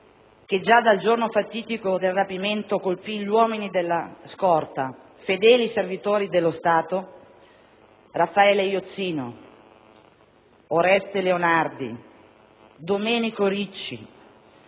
che già dal giorno fatidico del rapimento colpì gli uomini della scorta, fedeli servitori dello Stato, Raffaelle Iozzino, Oreste Leonardi, Domenico Ricci,